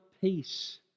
peace